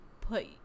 put